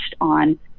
on